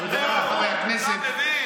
חברי הכנסת,